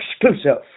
exclusive